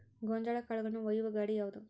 ಗೋಂಜಾಳ ಕಾಳುಗಳನ್ನು ಒಯ್ಯುವ ಗಾಡಿ ಯಾವದು?